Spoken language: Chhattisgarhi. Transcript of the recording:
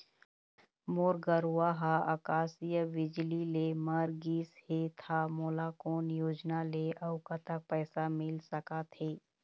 मोर गरवा हा आकसीय बिजली ले मर गिस हे था मोला कोन योजना ले अऊ कतक पैसा मिल सका थे?